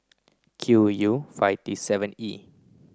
Q U five T seven E